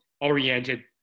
oriented